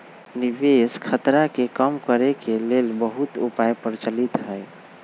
निवेश खतरा के कम करेके के लेल बहुते उपाय प्रचलित हइ